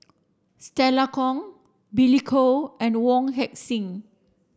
Stella Kon Billy Koh and Wong Heck Sing